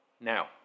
Now